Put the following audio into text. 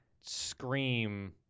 scream